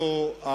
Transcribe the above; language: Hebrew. אז תקשיב בבקשה.